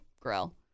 Grill